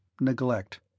neglect